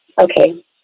Okay